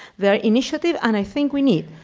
there's initiative, and i think we need,